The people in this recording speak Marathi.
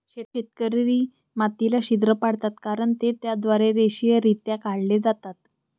शेतकरी मातीला छिद्र पाडतात कारण ते त्याद्वारे रेषीयरित्या काढले जातात